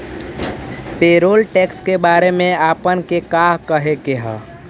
Payroll tax के बारे में आपने के का कहे के हेअ?